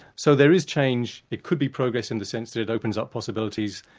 so there is change it could be progress in the sense that it opens up possibilities,